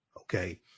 Okay